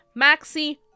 Maxi